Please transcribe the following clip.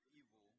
evil